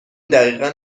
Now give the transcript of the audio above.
دقیقا